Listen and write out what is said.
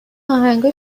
آهنگها